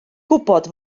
gwybod